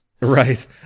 Right